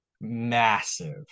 massive